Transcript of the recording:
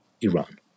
Iran